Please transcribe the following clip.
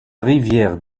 rivière